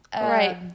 Right